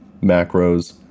macros